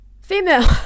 female